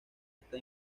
está